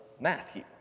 Matthew